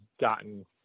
gotten